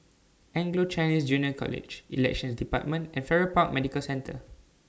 Anglo Chinese Junior College Elections department and Farrer Park Medical Centre